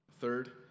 Third